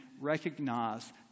recognize